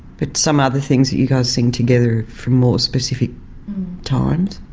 but some other things that you guys sing together from more specific times,